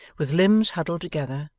with limbs huddled together,